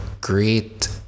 great